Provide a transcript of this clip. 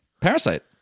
Parasite